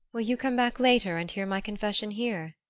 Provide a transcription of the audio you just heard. will you come back later and hear my confession here?